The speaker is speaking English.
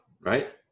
right